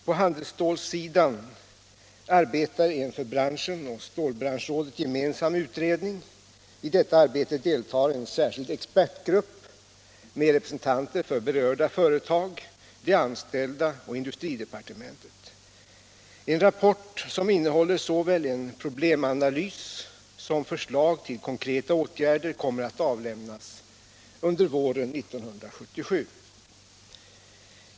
På handelstålsidan arbetar en för branschen och stålbranschrådet gemensam utredning. I detta arbete deltar en särskild expertgrupp med representanter för berörda företag, de anställda och industridepartementet. En rapport, som innehåller såväl en problemanalys som förslag till konkreta åtgärder, kommer att avlämnas under våren 1977.